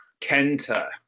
Kenta